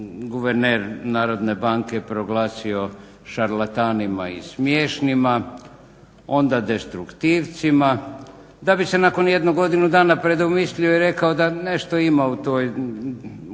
guverner narodne banke proglasio šarlatanima i smiješnima, onda destruktivcima da bi se nakon jedno godinu dana predomislio i reko da nešto ima u ukidanju